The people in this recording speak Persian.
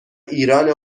ایرانه